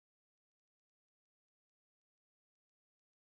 it's a what it's a toy ship or